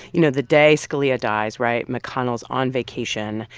you know, the day scalia dies right? mcconnell is on vacation.